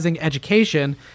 education